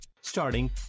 Starting